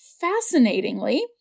fascinatingly